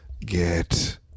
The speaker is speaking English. Get